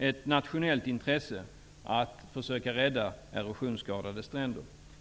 av nationellt intresse att försöka rädda erosionsskadade stränder.